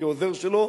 כעוזר שלו,